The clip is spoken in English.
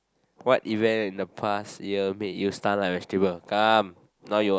what event in the past year make you stun like vegetable